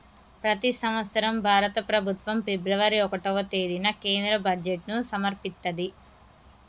ప్రతి సంవత్సరం భారత ప్రభుత్వం ఫిబ్రవరి ఒకటవ తేదీన కేంద్ర బడ్జెట్ను సమర్పిత్తది